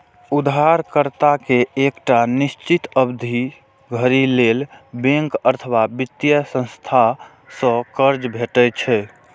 उधारकर्ता कें एकटा निश्चित अवधि धरि लेल बैंक अथवा वित्तीय संस्था सं कर्ज भेटै छै